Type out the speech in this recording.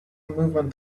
movement